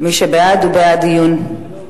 מי שבעד, מליאה.